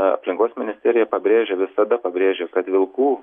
aplinkos ministerija pabrėžia visada pabrėžia kad vilkų